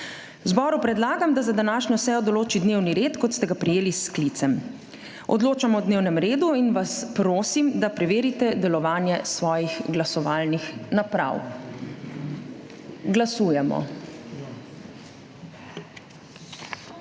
Zboru predlagam, da za današnjo sejo določi dnevni red, kot ste ga prejeli s sklicem. Odločamo o dnevnem redu in vas prosim, da preverite delovanje svojih glasovalnih naprav. Glasujemo.